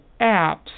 apps